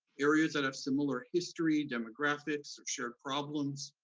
areas that have similar history, demographics, or shared problems,